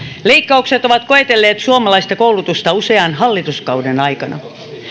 leikkaukset ovat koetelleet suomalaista koulutusta usean hallituskauden aikana